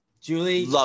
Julie